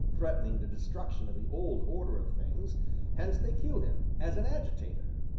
threatening the destruction of the old order of things hence they killed him as an agitator.